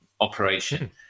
operation